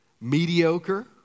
mediocre